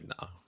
no